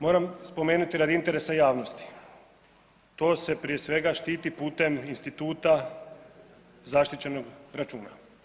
Moram spomenuti radi interesa javnosti, to se prije svega štiti putem instituta zaštićenog računa.